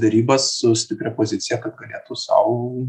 derybas su stipria pozicija kad galėtų sau